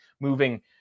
moving